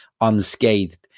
unscathed